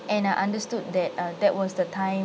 and I understood that uh that was the time